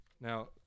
Now